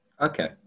Okay